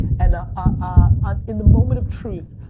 and ah ah um in the moment of truth,